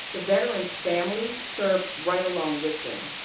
the veterans families serve right along with them.